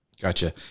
Gotcha